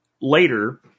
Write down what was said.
later